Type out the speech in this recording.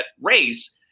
race